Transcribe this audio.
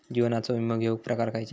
जीवनाचो विमो घेऊक प्रकार खैचे?